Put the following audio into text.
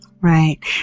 Right